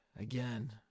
again